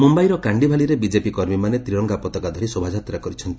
ମୁମ୍ୟାଇର କାଣ୍ଡିଭାଲିରେ ବିଜେପି କର୍ମୀମାନେ ତ୍ରିରଙ୍ଗା ପତାକା ଧରି ଶୋଭାଯାତ୍ରା କରିଛନ୍ତି